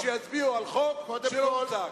שיצביעו על חוק שלא הוצג.